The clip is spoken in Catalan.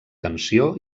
tensió